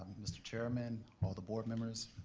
mr. chairman, all the board members.